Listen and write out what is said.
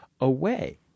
Away